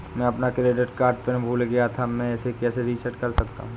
मैं अपना credit card pin भूल गया था मैं इसे कैसे रीसेट कर सकता हूँ?